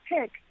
pick